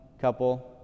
Couple